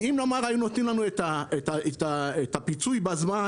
כי אם נאמר היו נותנים לנו את הפיצוי בזמן,